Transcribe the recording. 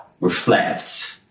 reflect